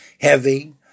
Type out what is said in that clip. heavy